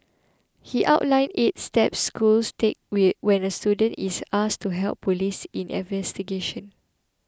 he outlined eight steps schools take when a student is asked to help police in investigations